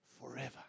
forever